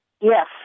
Yes